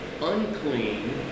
unclean